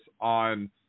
on